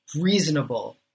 reasonable